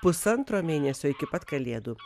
pusantro mėnesio iki pat kalėdų